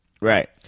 Right